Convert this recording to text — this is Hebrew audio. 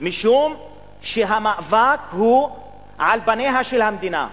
משום שהמאבק הוא על פניה של המדינה,